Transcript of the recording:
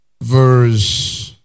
verse